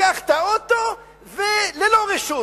לקח את האוטו ללא רשות.